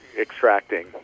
extracting